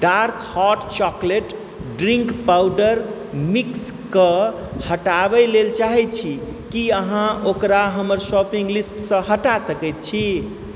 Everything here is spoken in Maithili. dark hot chocolate drink powder mix के हटाबय लेल चाहैत छी की अहाँ ओकरा हमर शॉपिंग लिस्ट सँ हटा सकैत छी